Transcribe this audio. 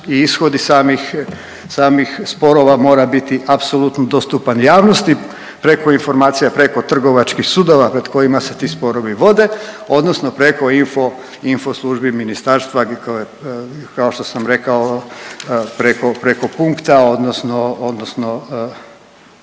i ishodi samih sporova mora biti apsolutno dostupan javnosti preko informacija, preko trgovačkih sudova pred kojima se ti sporovi vode odnosno preko info službi ministarstva … kao što sam rekao preko punkta odnosno